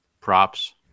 props